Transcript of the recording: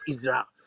Israel